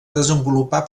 desenvolupar